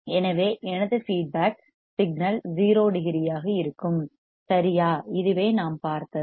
எனவே எனது feedback signal 0 டிகிரியாக இருக்கும் சரியா இதுவே நாம் பார்த்தது